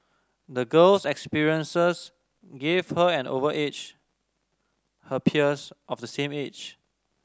the girl's experiences gave her an over edge her peers of the same age